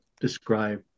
describe